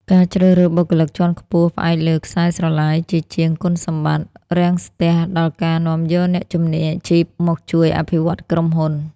ការជ្រើសរើសបុគ្គលិកជាន់ខ្ពស់ផ្អែកលើ "ខ្សែស្រឡាយ" ជាជាង "គុណសម្បត្តិ" រាំងស្ទះដល់ការនាំយកអ្នកជំនាញអាជីពមកជួយអភិវឌ្ឍក្រុមហ៊ុន។